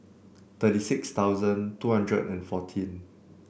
thirty six thousand two hundred and fourteen